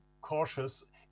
cautious